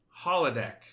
Holodeck